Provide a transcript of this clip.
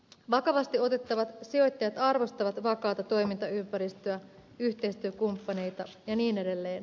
vakavasti otettavat sijoittajat arvostavat vakaata toimintaympäristöä yhteistyökumppaneita ja niin edelleen